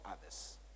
others